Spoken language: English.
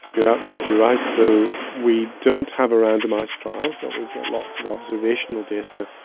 you're absolutely right. so we don't have a randomised trial but we've got lots of observational data,